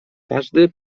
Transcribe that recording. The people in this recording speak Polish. każdy